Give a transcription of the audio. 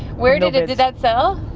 where, did and did that sell?